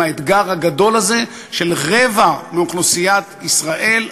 האתגר הגדול הזה של רבע מאוכלוסיית ישראל,